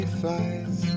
flies